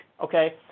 okay